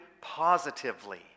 positively